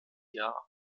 jahr